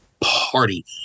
party